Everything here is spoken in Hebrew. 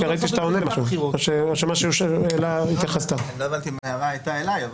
לא הבנתי אם ההערה הייתה אלי.